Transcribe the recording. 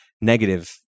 negative